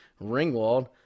Ringwald